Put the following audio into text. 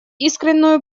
искреннюю